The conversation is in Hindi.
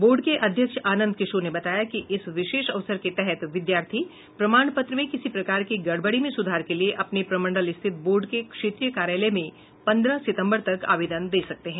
बोर्ड के अध्यक्ष आनंद किशोर ने बताया कि इस विशेष अवसर के तहत विद्यार्थी प्रमाण पत्र में किसी प्रकार की गड़बड़ी में सुधार के लिए अपने प्रमंडल स्थित बोर्ड के क्षेत्रीय कार्यालय में पन्द्रह सितम्बर तक आवेदन दे सकते हैं